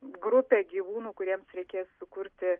grupė gyvūnų kuriems reikės sukurti